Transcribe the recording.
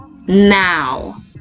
now